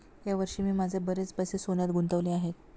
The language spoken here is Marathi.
या वर्षी मी माझे बरेच पैसे सोन्यात गुंतवले आहेत